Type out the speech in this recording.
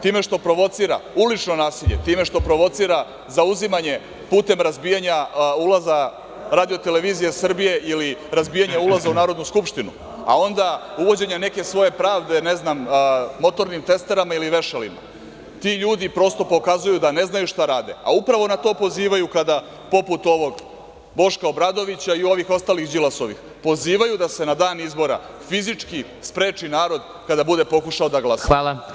Time što provocira ulično nasilje, time što provocira zauzimanje putem razbijanja ulaza RTS ili razbijanja ulaza u Narodnu skupštinu, a onda uvođenja neke svoje pravde, ne znam, motornim testerama ili vešalima, ti ljudi, prosto, pokazuju da ne znaju šta rade, a upravo na to pozivaju kada, poput ovog Boška Obradovića i ovih ostalih Đilasovih, pozivaju da se na dan izbora fizički spreči narod kada bude pokušao da glasa.